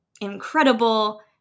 incredible